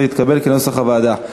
כנוסח הוועדה.